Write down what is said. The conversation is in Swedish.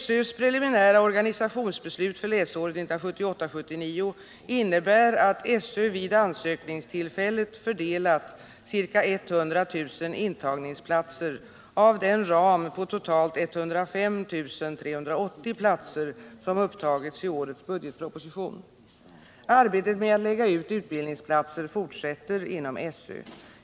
SÖ:s preliminära organisationsbeslut för läsåret 1978/79 innebär att SÖ vid ansökningstillfället fördelat ca 100 000 intagningsplatser av den ram på totalt 105 380 platser som upptagits i årets budgetproposition. Arbetet med att lägga ut utbildningsplatser fortsätter inom SÖ.